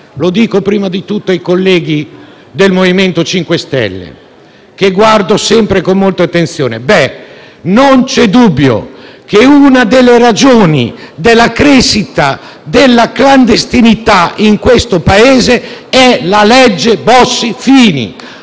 Lo dico prima di tutto ai colleghi del MoVimento 5 Stelle, che guardo sempre con molta attenzione: non c'è dubbio che una delle ragioni della crescita della clandestinità in questo Paese sia la legge Bossi-Fini.